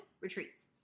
retreats